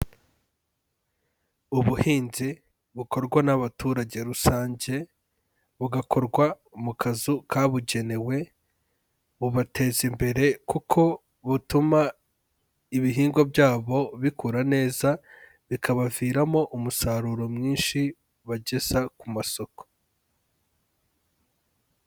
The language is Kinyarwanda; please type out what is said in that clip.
Ubuhinzi bukorwa n'abaturage rusange, bugakorwa mu kazu kabugenewe, bubateza imbere kuko butuma ibihingwa byabo bikura neza bikabaviramo umusaruro mwinshi bageza ku masoko.